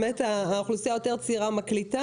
האוכלוסייה היותר צעירה מקליטה,